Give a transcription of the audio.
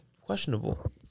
questionable